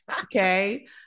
okay